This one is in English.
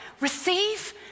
receive